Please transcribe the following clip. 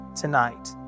tonight